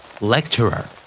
Lecturer